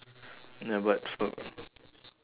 ya but for